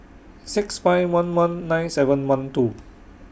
six five one one nine seven one two